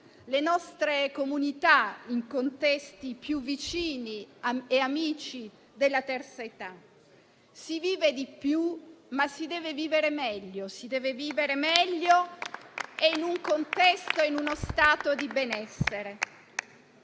le nostre comunità, in contesti più vicini e amici della terza età. Si vive di più, ma si deve vivere meglio e in un contesto e in uno stato di benessere.